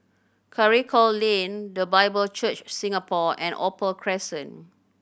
Karikal Lane The Bible Church Singapore and Opal Crescent